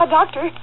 doctor